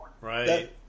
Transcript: right